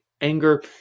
anger